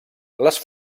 les